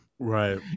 Right